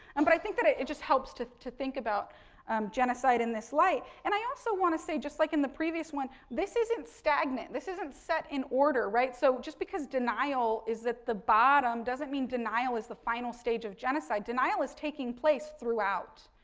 um but, i think that it it just helps to to think about genocide in this light. and, i also want to say, just like in the previous one, this isn't stagnant, this isn't set in order, right. so, just because denial is at the bottom doesn't mean denial is the final stage of genocide. denial is taking place throughout.